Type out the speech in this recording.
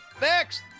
Next